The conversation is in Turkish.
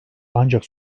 ancak